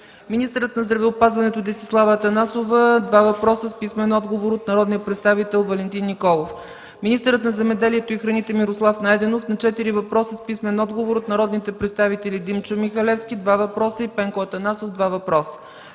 министърът на здравеопазването Десислава Атанасова – на два въпроса с писмен отговор от народния представител Валентин Николов; - министърът на земеделието и храните Мирослав Найденов – на четири въпроса с писмен отговор от народните представители Димчо Михалевски – два въпроса, и Пенко Атанасов – два въпроса;